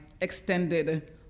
extended